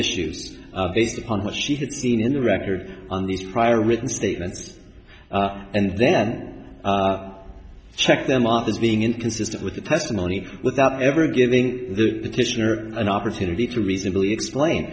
issues based upon what she had seen in the record on these prior written statements and then check them off as being inconsistent with the testimony without ever giving the commissioner an opportunity to reasonably explain